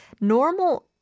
normal